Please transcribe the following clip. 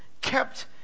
kept